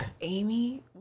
Amy